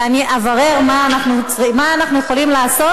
ואני אברר מה אנחנו יכולים לעשות